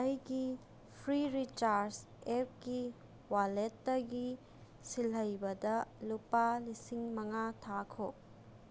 ꯑꯩꯒꯤ free recharge ꯑꯦꯞꯀꯤ ꯋꯥꯂꯦꯠꯇꯒꯤ ꯁꯤꯜꯍꯩꯕꯗ ꯂꯨꯄꯥ ꯂꯤꯁꯤꯡ ꯃꯉꯥ ꯊꯥꯈꯣ